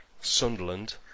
Sunderland